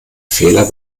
fehler